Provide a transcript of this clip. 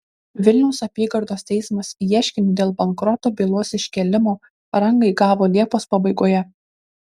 vilniaus apygardos teismas ieškinį dėl bankroto bylos iškėlimo rangai gavo liepos pabaigoje